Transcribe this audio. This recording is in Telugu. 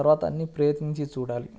తర్వాత అన్ని ప్రయత్నించి చూడాలి